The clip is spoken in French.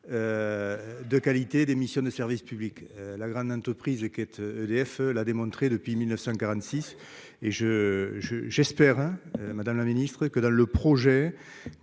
de qualité des missions de service public. La grande entreprise qu'est EDF l'a d'ailleurs démontré depuis 1946. J'espère, madame la ministre, que le projet